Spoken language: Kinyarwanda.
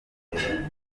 imbere